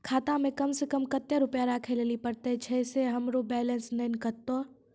खाता मे कम सें कम कत्ते रुपैया राखै लेली परतै, छै सें हमरो बैलेंस नैन कतो?